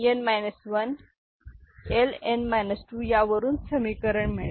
यावरून समीकरण मिळेल आणि अशाच प्रकारे X Y पेक्षा मोठा आहे यासाठी ही समीकरण मिळेल